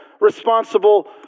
responsible